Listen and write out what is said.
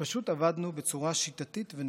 פשוט עבדנו בצורה שיטתית ונחושה.